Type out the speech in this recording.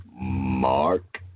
Mark